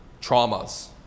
traumas